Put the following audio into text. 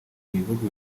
n’ibihugu